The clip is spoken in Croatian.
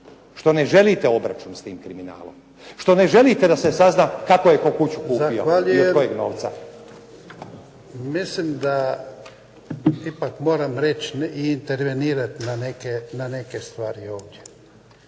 što ne želite obračun s tim kriminalom, što ne želite da se sazna kako je tko kuću kupio i od kojeg novca. **Jarnjak, Ivan (HDZ)** Zahvaljujem. Mislim da ipak moram reći i intervenirati na neke stvari ovdje.